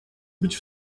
być